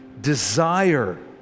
desire